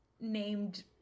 named